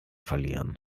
verlieren